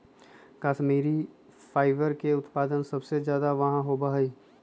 Kashmiri fibre के उत्पादन सबसे ज्यादा कहाँ होबा हई?